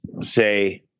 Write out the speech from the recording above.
say